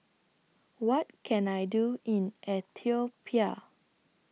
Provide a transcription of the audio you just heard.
What Can I Do in Ethiopia